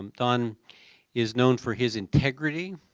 um don is known for his integrity